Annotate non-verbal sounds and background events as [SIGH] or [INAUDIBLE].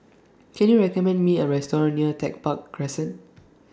Can YOU recommend Me A Restaurant near Tech Park Crescent [NOISE]